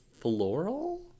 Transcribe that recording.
floral